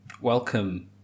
Welcome